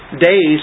days